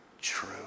true